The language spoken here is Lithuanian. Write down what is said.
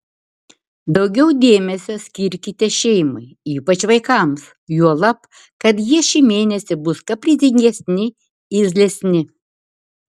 daugiau dėmesio skirkite šeimai ypač vaikams juolab kad jie šį mėnesį bus kaprizingesni irzlesni